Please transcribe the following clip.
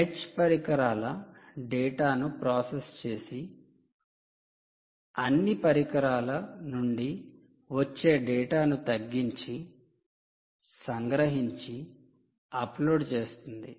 edge పరికరాల డేటాను process చేసి అన్ని పరికరాల నుండి వచ్చే డేటాను తగ్గించి సంగ్రహించి అప్లోడ్ చేస్తుంది